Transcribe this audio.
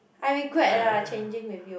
I regret lah changing with you